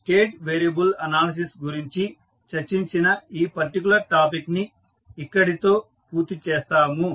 state variable analysis గురించి చర్చించిన ఈ పర్టికులర్ టాపిక్ ని ఇక్కడితో పూర్తి చేస్తాము